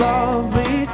Lovely